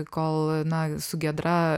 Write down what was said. kol na su giedra